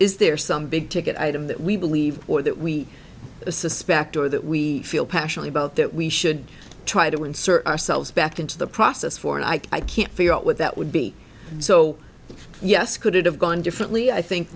is there some big ticket item that we believe or that we suspect or that we feel passionately about that we should try to insert ourselves back into the process for and i can't figure out what that would be so yes could it have gone differently i think